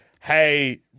hey